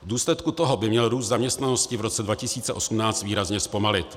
V důsledku toho by měl růst zaměstnanosti v roce 2018 výrazně zpomalit.